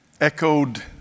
echoed